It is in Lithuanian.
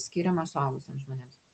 skiriama suaugusiems žmonėms